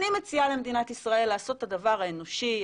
אני מציאה למדינת ישראל לעשות את הדבר האנושי,